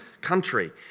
country